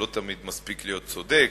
שלא תמיד מספיק להיות צודק,